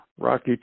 rocky